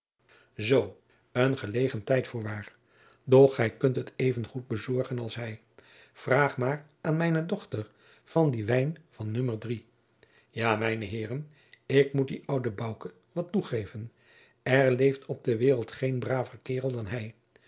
zoo een gelegen tijd voorwaar doch gij kunt het even goed bezorgen als hij vraag maar aan mijne dochter van dien wijn van o a mijne heeren ik moet dien ouden bouke wat toegeven er leeft op de waereld geen braver kaerel dan hij